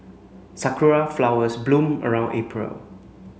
Sakura flowers bloom around April